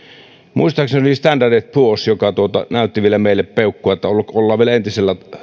muistaakseni se oli standard poors joka näytti vielä meille peukkua että ollaan vielä entisellä